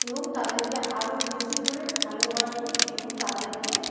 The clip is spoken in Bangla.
এবং তাদেরকে আরও বেশি করে ভালোবাসবো এবং তাদেরকে